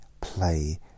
play